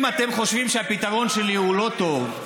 אם אתם חושבים שהפתרון שלי הוא לא טוב,